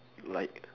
like